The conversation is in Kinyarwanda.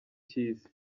cy’isi